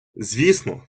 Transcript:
звісно